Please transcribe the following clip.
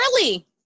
early